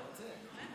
אתה רוצה.